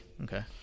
Okay